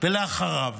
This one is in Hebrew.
ואחריו